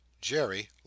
Jerry